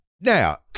Now